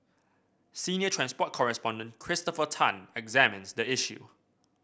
senior transport correspondent Christopher Tan examines the issue